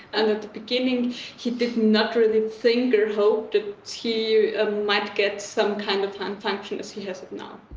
and at the beginning he did not really think or hope that he ah might get some kind of hand function as he has it now.